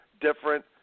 different